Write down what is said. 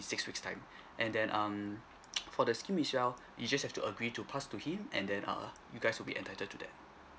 six weeks time and then um for the scheme as well you just have to agree to pass to him and then err you guys will be entitled to that